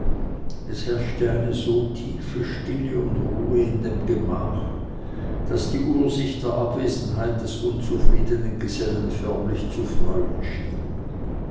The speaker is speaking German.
es herrschte eine so tiefe stille und ruhe in dem gemach daß die uhr sich der abwesenheit des unzufriedenen gesellen förmlich zu freuen schien